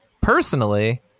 personally